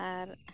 ᱟᱨ